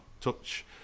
touch